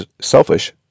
selfish